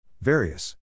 Various